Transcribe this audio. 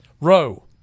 row